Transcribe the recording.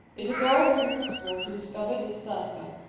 it is all but impossible to discover this cypher.